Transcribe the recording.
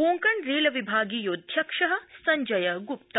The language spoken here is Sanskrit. कोन्कन रेल विभागीयोध्यक्ष संजय ग्रप्ता